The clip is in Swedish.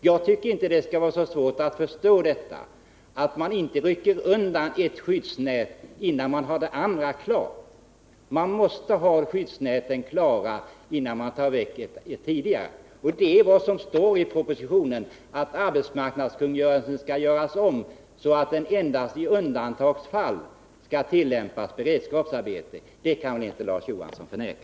Det borde inte vara svårt att förstå att man inte får rycka undan ett skyddsnät, innan man har ett annat skyddsnät klart. Man måste ha ett nytt skyddsnät färdigt, innan man rycker bort ett befintligt. Och vad som står i propositionen är att arbetsmarknadskungörelsen skall göras om, så att den endast i undantagsfall skall tillämpas för beredskapsarbete. Det kan inte Larz Johansson förneka.